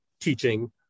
teaching